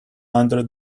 under